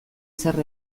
zer